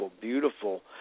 beautiful